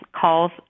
calls